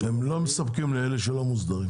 הם לא מספקים לאלה שלא מוסדרים,